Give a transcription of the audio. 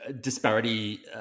disparity –